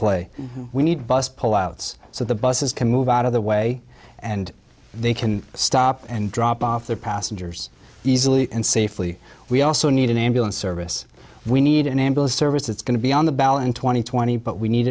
play we need bus pull outs so the buses can move out of the way and they can stop and drop off their passengers easily and safely we also need an ambulance service we need an ambulance service it's going to be on the ballot in two thousand and twenty but we need